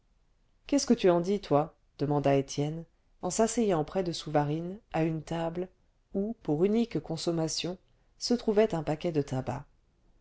qu'est-ce que tu en dis toi demanda étienne en s'asseyant près de souvarine à une table où pour unique consommation se trouvait un paquet de tabac